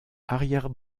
arrière